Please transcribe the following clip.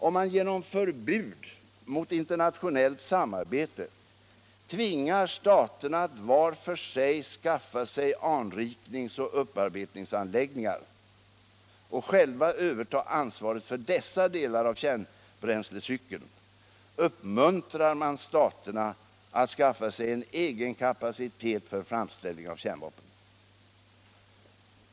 Om man genom förbud mot internationellt samarbete tvingar staterna att var för sig skaffa sig anrikningsoch upparbetningsanläggningar och själva överta ansvaret för dessa delar av kärnbränslecykeln uppmuntrar man staterna att skaffa sig en egen kapacitet för framställning av kärnvapen.